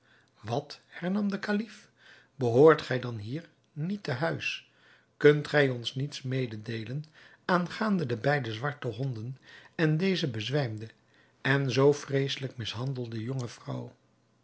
wat hernam de kalif behoort gij dan hier niet te huis kunt gij ons niets mededeelen aangaande de beide zwarte honden en deze bezwijmde en zoo vreesselijk mishandelde jonge vrouw